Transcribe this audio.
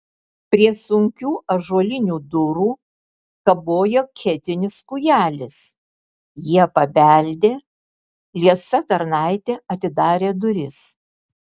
prie sunkių ąžuolinių durų kabojo ketinis kūjelis jie pabeldė liesa tarnaitė atidarė duris